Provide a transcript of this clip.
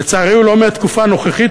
לצערי הוא לא מהתקופה הנוכחית,